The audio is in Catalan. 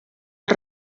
als